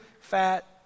fat